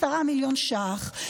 10 מיליון ש"ח,